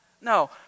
No